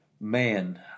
Man